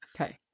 Okay